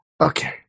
Okay